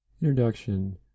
Introduction